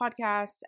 Podcasts